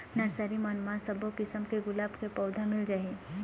nursery मन म सब्बो किसम के गुलाब के पउधा मिल जाही